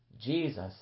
Jesus